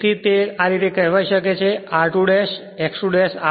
તેથી તે આ રીતે કહેવાઈ શકે છે r2 ' X 2 ' r2